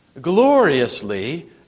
gloriously